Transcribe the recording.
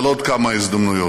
על עוד כמה הזדמנויות.